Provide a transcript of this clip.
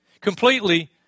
Completely